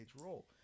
role